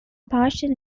partial